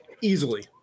easily